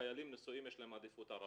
חיילים נשואים, יש להם עדיפות על רווקים.